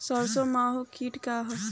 सरसो माहु किट का ह?